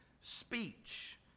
speech